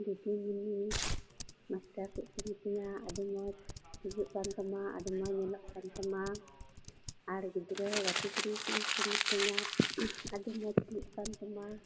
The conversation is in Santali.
ᱫᱤᱫᱤᱢᱚᱱᱤ ᱢᱟᱥᱴᱟᱨ ᱠᱚᱠᱚ ᱢᱤᱛᱟᱹᱧᱟ ᱟᱹᱰᱤ ᱢᱚᱸᱡᱽ ᱦᱩᱭᱩᱜ ᱠᱟᱱ ᱛᱟᱢᱟ ᱟᱹᱰᱤ ᱢᱚᱸᱡᱽ ᱧᱮᱞᱚᱜ ᱠᱟᱱ ᱛᱟᱢᱟ ᱟᱨ ᱜᱤᱫᱽᱨᱟᱹ ᱜᱟᱛᱮ ᱠᱤᱲᱤ ᱠᱚᱠᱚ ᱢᱤᱛᱟᱹᱧᱟ ᱟᱹᱰᱤ ᱢᱚᱸᱡᱽ ᱦᱩᱭᱩᱜ ᱠᱟᱱ ᱛᱟᱢᱟ